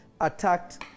attacked